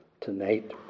tonight